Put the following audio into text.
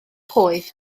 poeth